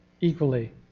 equally